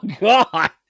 God